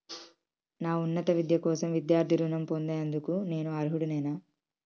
నా ఉన్నత విద్య కోసం విద్యార్థి రుణం పొందేందుకు నేను అర్హుడినేనా?